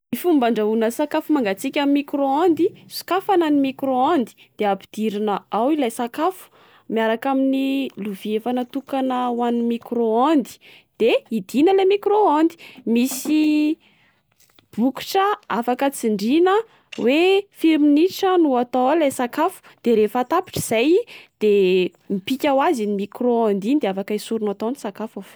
Ny fomba handrahona sakafo mangatsiaka amin'ny micro ondes: sokafana ny micro ondes, de ampidirina ao ilay sakafo. Miaraka amin'ny lovia efa natokana ho an'ny micro ondes. De idina ilay micro ondes. Misy bokotra afaka tsindrina hoe firy minitra no atao ao ilay sakafo. Dia rehefa tapitra izay de mipika ho azy ny micro ondes. De afaka esorina tao ny sakafo avy eo.